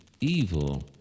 evil